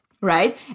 right